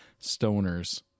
stoners